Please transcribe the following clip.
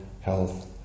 health